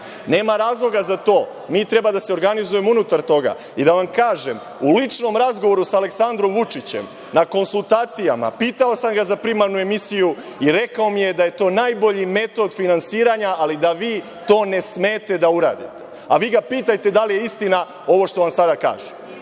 Nema razloga za to. Mi treba da se organizujemo unutar toga.I, da vam kažem, u ličnom razgovoru sa Aleksandrom Vučićem, na konsultacijama, pitao sam ga za primarnu emisiju i rekao mi je da je to najbolji metod finansiranja, ali da vi to ne smete da uradite. A vi ga pitajte da li je istina ovo što vam sada kažem.